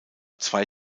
zwei